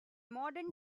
modern